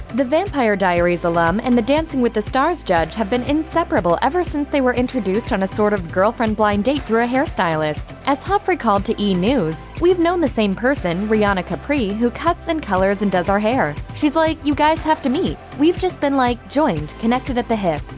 the vampire diaries alum and the dancing with the stars judge have been inseparable ever since they were introduced on a sort of girlfriend blind date through a hair stylist. as hough recalled to e! news, we've known the same person, riawna capri, who cuts and colors and does our hair. she's like, you guys have to meet we've just been like joined connected at the hip.